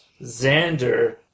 Xander